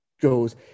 goes